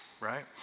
right